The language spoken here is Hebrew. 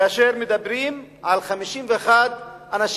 כאשר מדברים על 51 אנשים.